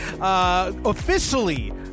officially